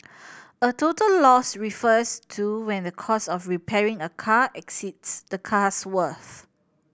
a total loss refers to when the cost of repairing a car exceeds the car's worth